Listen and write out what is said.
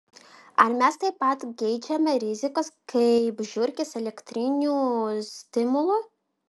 ar mes taip pat geidžiame rizikos kaip žiurkės elektrinių stimulų